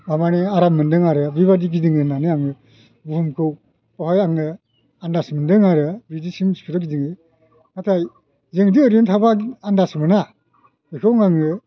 माबानि आराम मोन्दों आरो बेबादि गिदिङो होननानै आङो बुहुमखौ बेवहाय आङो आन्दास मोन्दों आरो बिदिसिम स्पिद आव गिदिङो नाथाय जोंदि ओरैनो थाबा आन्दास मोना बेखौ आङो